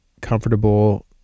comfortable